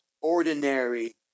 ordinary